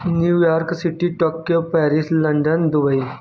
New York City Tokyo Paris London Dubai